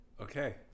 Okay